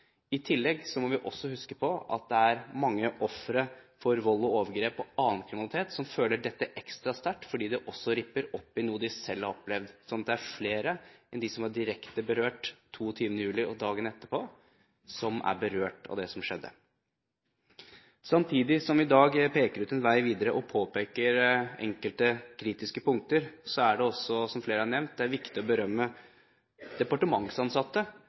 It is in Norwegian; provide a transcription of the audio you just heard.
I tillegg må vi huske på at det er mange ofre for vold og overgrep og annen kriminalitet som føler dette ekstra sterkt, fordi det ripper opp i noe de selv har opplevd, slik at det er flere enn dem som var direkte berørt 22. juli og dagene etterpå, som er berørt av det som skjedde. Samtidig som vi i dag peker ut en vei videre og påpeker enkelte kritiske punkter, er det også, som flere har nevnt, viktig å berømme departementsansatte